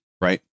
right